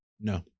No